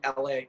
LA